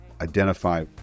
identify